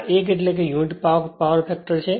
આ 1 એટ્લે unity power factor છે